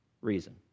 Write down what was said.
reason